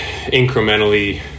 incrementally